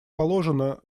положено